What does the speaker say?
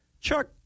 chuck